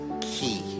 key